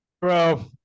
Bro